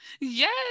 Yes